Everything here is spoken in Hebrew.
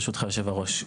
ברשותך יושב הראש.